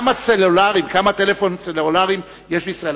כמה טלפונים סלולריים יש בישראל.